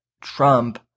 Trump